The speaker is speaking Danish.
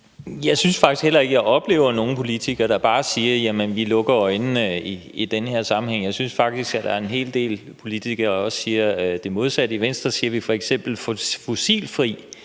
Jeg synes faktisk heller ikke, at jeg oplever nogen politikere, der bare siger: Jamen vi lukker øjnene i den her sammenhæng. Jeg synes faktisk, at der er en hel del politikere, der også siger det modsatte. I Venstre siger vi f.eks. fossilfri